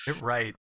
Right